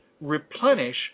replenish